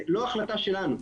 זה לא החלטה שלנו.